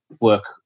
work